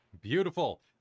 Beautiful